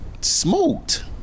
Smoked